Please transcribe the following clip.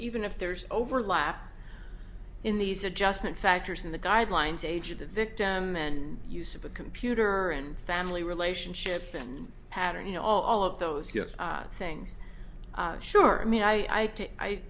even if there's overlap in these adjustment factors in the guidelines age of the victim and use of a computer and family relationship and pattern you know all of those things sure i mean i